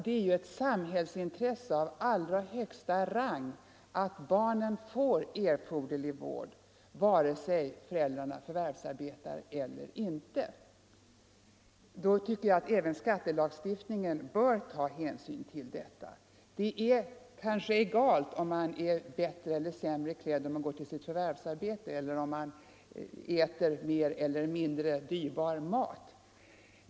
Det är ju ett samhällsintresse av allra högsta rang att barnen får erforderlig vård vare sig föräldrarna förvärvsarbetar eller inte. Då tycker jag att även skattelagstiftningen bör ta hänsyn till detta. Det är kanske egalt om man är bättre eller sämre klädd när man går till sitt förvärvsarbete eller om man äter mer eller mindre dyrbar mat.